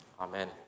Amen